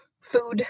food